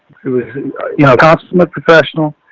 he was a you know consummate professional,